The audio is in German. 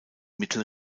mittel